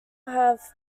have